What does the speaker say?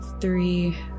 three